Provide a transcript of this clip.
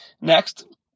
Next